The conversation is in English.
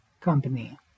Company